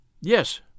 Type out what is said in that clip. Yes